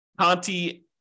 Conti